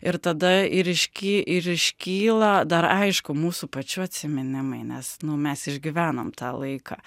ir tada ir išky ir iškyla dar aišku mūsų pačių atsiminimai nes nu mes išgyvenom tą laiką